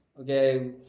Okay